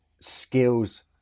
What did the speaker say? skills